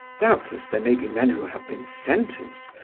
doubtless there may be men who have been sentenced,